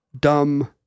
dumb